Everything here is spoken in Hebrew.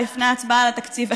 לפני ההצבעה על התקציב,